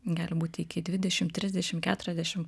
gali būti iki dvidešim trisdešim keturiasdešim